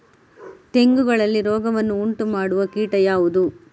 ತೆಂಗುಗಳಲ್ಲಿ ರೋಗವನ್ನು ಉಂಟುಮಾಡುವ ಕೀಟ ಯಾವುದು?